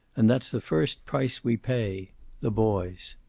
and that's the first price we pay the boys.